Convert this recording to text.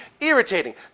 irritating